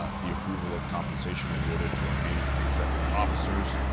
ah the approval of compensation awarded to our named executive officers,